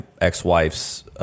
ex-wife's